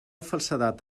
falsedat